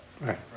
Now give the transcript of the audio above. right